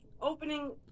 opening